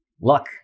luck